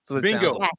Bingo